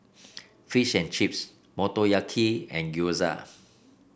Fish and Chips Motoyaki and Gyoza